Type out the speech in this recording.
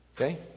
Okay